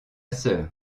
sœur